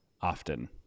often